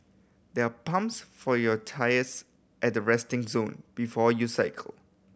there are pumps for your tyres at the resting zone before you cycle